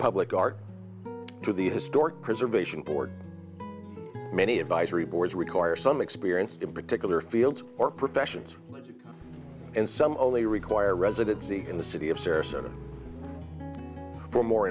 public art to these historic preservation board many advisory boards require some experience in particular fields or professions and some only require residency in the city of sarasota for more